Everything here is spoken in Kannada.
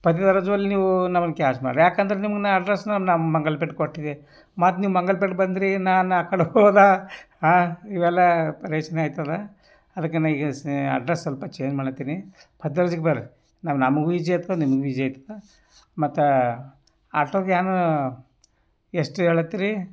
ಪತ್ತಿದ್ರಾಜಲ್ಲಿ ನೀವು ನಮ್ಮನ್ನ ಕ್ಯಾಚ್ ಮಾಡ್ರಿ ಯಾಕಂದ್ರೆ ನಿಮ್ಗೆ ನಾನು ಅಡ್ರೆಸ್ಸ್ನ ನಮ್ಮ ಮಂಗಲಪೇಟೆ ಕೊಟ್ಟಿದೆ ಮತ್ತು ನೀವು ಮಂಗಲ್ಪೇಟೆ ಬಂದ್ರಿ ನಾನು ಕಳ್ಹೋದ ಇವೆಲ್ಲ ಪರೇಶಾನೆ ಆಯ್ತದ ಅದಕ್ಕೆ ನ ಈಗ ಅಡ್ರೆಸ್ಸ್ ಸ್ವಲ್ಪ ಚೇಂಜ್ ಮಾಡ್ಲಾತ್ತೀನಿ ಪಟರ್ಜಿಗೆ ಬರ್ರಿ ನಮಗೂ ಈಜಿಯಾಗ್ತದ ನಿಮಗೂ ಈಜಿ ಆಯ್ತದ ಮತ್ತು ಆಟೋಗೆ ಏನು ಎಷ್ಟು ಹೇಳಾತ್ತೀರಿ